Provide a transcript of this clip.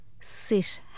Sit